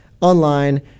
online